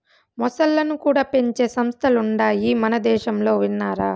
మొసల్లను కూడా పెంచే సంస్థలుండాయి మనదేశంలో విన్నారా